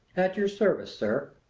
at your service, sir.